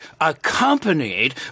accompanied